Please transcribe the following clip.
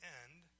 end